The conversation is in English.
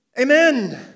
Amen